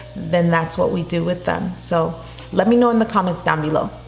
then that's what we do with them. so let me know in the comments down below.